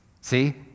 See